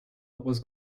was